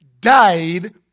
died